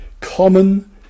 common